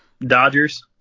Dodgers